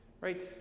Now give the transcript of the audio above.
Right